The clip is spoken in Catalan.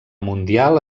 mundial